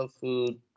food